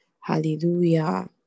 Hallelujah